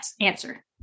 answer